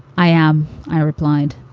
i am, i replied.